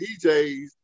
DJs